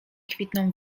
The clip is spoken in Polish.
kwitną